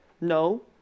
No